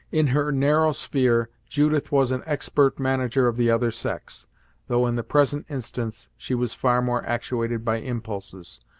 in her narrow sphere, judith was an expert manager of the other sex though in the present instance she was far more actuated by impulses,